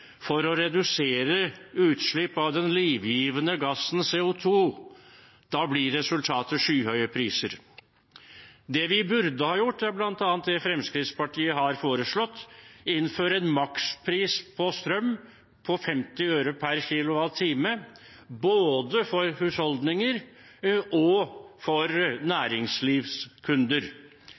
for å redusere utslipp av den livgivende gassen CO 2 , blir resultatet skyhøye priser. Det vi burde ha gjort, er bl.a. det Fremskrittspartiet har foreslått: å innføre en makspris på strøm på 50 øre/kWh både for husholdninger og for næringslivskunder.